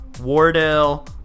Wardell